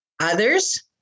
Others